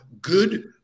good